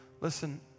Listen